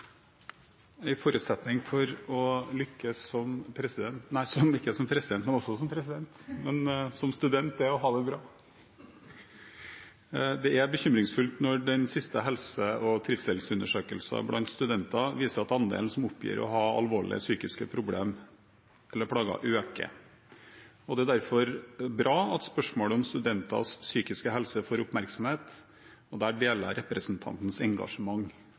forutsetning for å lykkes som student er å ha det bra. Det er bekymringsfullt når den siste helse- og trivselsundersøkelsen blant studenter viser at andelen som oppgir å ha alvorlige psykiske plager, øker. Det er derfor bra at spørsmål om studenters psykiske helse får oppmerksomhet, og jeg deler representantens engasjement